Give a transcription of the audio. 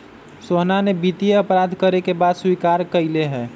सोहना ने वित्तीय अपराध करे के बात स्वीकार्य कइले है